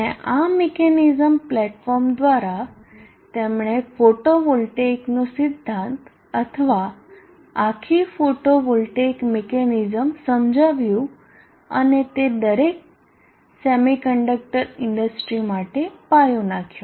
અને આ mechanism platform દ્વારાતેમણે ફોટોવોલ્ટેઇકનો સિદ્ધાંત અથવા આખી ફોટોવોલ્ટેઇક મિકેનિઝમ સમજાવ્યું અને તે દરેક સેમિકન્ડકટર ઇન્ડસ્ટ્રી માટે પાયો નાખ્યો